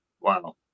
Wow